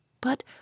But